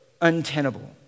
untenable